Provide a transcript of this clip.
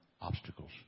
obstacles